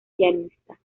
pianista